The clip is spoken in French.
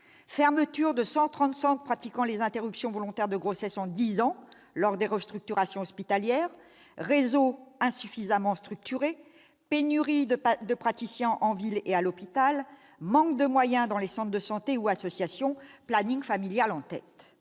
fermeture de 130 centres pratiquant les interruptions volontaires de grossesse en dix ans lors de restructurations hospitalières, réseau insuffisamment structuré, pénurie de praticiens en ville et à l'hôpital, manque de moyens dans les centres de santé ou association- planning familial en tête